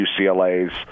UCLA's